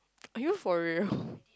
are you for real